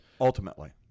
ultimately